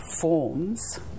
forms